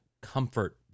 comfort